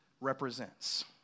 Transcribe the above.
represents